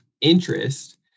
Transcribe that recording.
interest